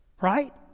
right